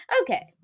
Okay